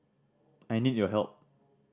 I need your help